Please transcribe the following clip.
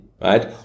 right